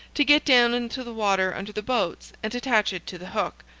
to get down into the water under the boats and attach it to the hook,